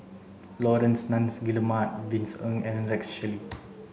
Laurence Nunns Guillemard Vincent Ng and Rex Shelley